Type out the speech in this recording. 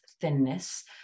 thinness